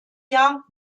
jahr